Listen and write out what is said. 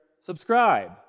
subscribe